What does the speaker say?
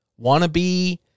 wannabe